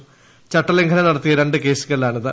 പിഴ ചട്ടലംഘനം നടത്തിയ രണ്ട് കേസുകളിലാണിത്